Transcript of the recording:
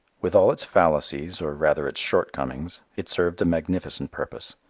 with all its fallacies, or rather its shortcomings, it served a magnificent purpose.